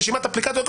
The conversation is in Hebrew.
רשימת אפליקציות,